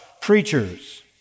preachers